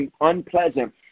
unpleasant